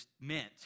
meant